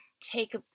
take